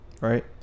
right